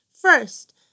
First